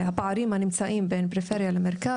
מה שנאמר פה לגבי הפערים הקיימים בין פריפריה למרכז